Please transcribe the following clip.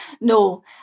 no